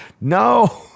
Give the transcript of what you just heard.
No